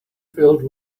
filled